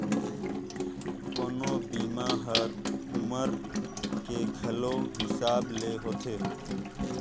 कोनो बीमा हर उमर के घलो हिसाब ले होथे